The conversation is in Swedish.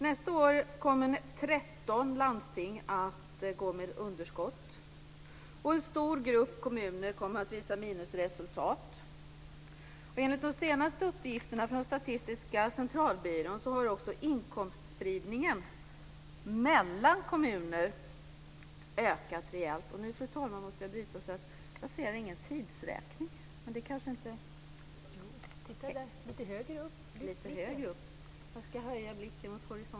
Nästa år kommer 13 landsting att gå med underskott, och en stor grupp kommuner kommer att visa minusresultat. Enligt de senaste uppgifterna från Statistiska centralbyrån har också inkomstspridningen mellan kommuner ökat rejält.